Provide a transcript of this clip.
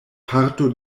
parto